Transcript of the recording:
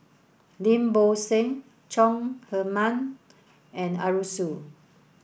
Lim Bo Seng Chong Heman and Arasu